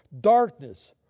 Darkness